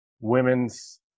women's